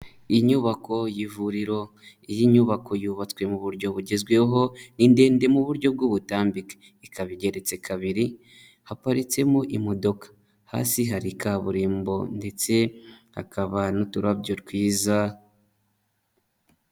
Inyubako y'ivuriro. Iyi nyubako yubatswe mu buryo bugezweho, ni ndende mu buryo bw'ubutambike. Ikaba igeretse kabiri, haparitsemo imodoka. Hasi hari kaburembo ndetse hakaba n'uturabyo twiza.